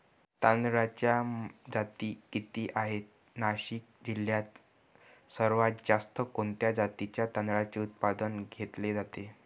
तांदळाच्या जाती किती आहेत, नाशिक जिल्ह्यात सर्वात जास्त कोणत्या जातीच्या तांदळाचे उत्पादन घेतले जाते?